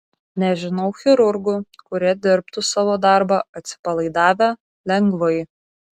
nežinau chirurgų kurie dirbtų savo darbą atsipalaidavę lengvai